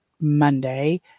Monday